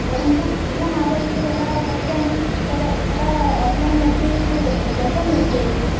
परन्तु गृहमागत्य यदा पश्यामि तदा आन्लैन् मध्ये तु स्वल्पं दर्शयति